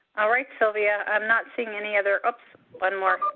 all right silvia, i'm not seeing any other oh. one more,